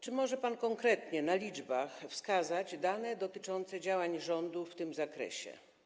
Czy może pan konkretnie, na liczbach wskazać dane dotyczące działań rządu w tym zakresie?